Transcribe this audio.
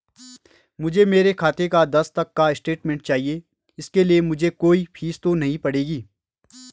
मुझे मेरे खाते का दस तक का स्टेटमेंट चाहिए इसके लिए मुझे कोई फीस तो नहीं पड़ेगी?